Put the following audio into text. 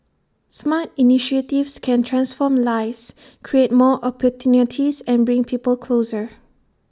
smart initiatives can transform lives create more opportunities and bring people closer